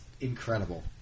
incredible